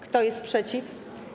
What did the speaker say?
Kto jest przeciw?